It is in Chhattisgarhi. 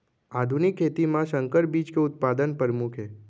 आधुनिक खेती मा संकर बीज के उत्पादन परमुख हे